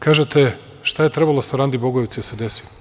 Kažete šta je trebalo Sarandi Bogojevci da se desi?